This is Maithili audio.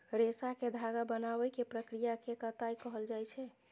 रेशा कें धागा बनाबै के प्रक्रिया कें कताइ कहल जाइ छै